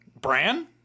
Bran